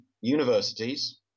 universities